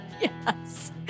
yes